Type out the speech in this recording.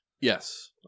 Yes